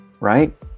right